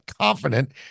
confident